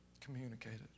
communicated